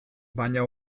baina